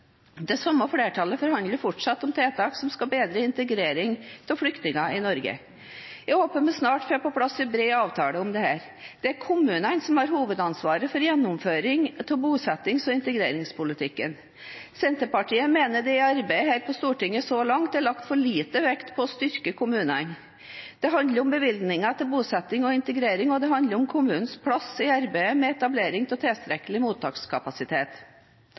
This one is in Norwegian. Det samme flertallet forhandler fortsatt om tiltak som skal bedre integreringen av flyktninger i Norge. Jeg håper vi snart får på plass en bred avtale om dette. Det er kommunene som har hovedansvaret for gjennomføring av bosettings- og integreringspolitikken. Senterpartiet mener det i arbeidet her på Stortinget så langt er lagt for liten vekt på å styrke kommunene. Det handler om bevilgninger til bosetting og integrering, og det handler om kommunenes plass i arbeidet med etablering av tilstrekkelig mottakskapasitet.